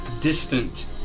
distant